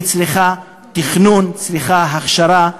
היא צריכה תכנון, צריכה הכשרה.